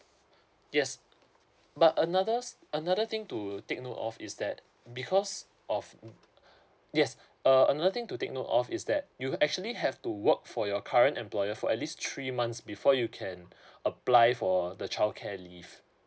yes but another another thing to take note of is that because of yes uh another thing to take note of is that you actually have to work for your current employer for at least three months before you can apply for the childcare leave